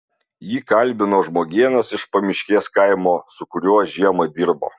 jį kalbino žmogėnas iš pamiškės kaimo su kuriuo žiemą dirbo